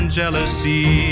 jealousy